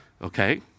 okay